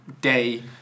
day